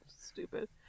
Stupid